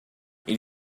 ele